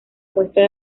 muestra